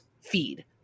feed